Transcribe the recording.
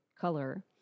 color